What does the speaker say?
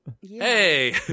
Hey